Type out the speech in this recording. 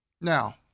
Now